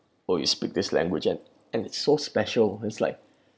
or you speak this language it and and it's so special it's like